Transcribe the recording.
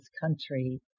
country